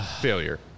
failure